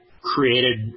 created